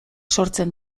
sortzen